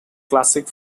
classic